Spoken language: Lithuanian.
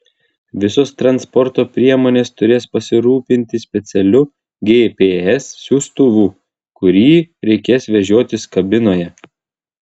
visos transporto priemonės turės pasirūpinti specialiu gps siųstuvu kurį reikės vežiotis kabinoje